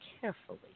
carefully